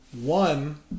One